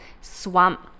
swamp